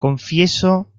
confieso